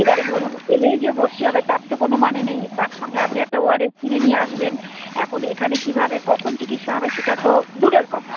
এবারে ধরুন এলেই যে ভর্তি হবে তার তো কোনো মানে নেই তার সঙ্গে আপনি একটা ও আর এস কিনে নিয়ে আসবেন এখন এখানে কীভাবে কখন চিকিৎসা হবে সেটা তো দূরের কথা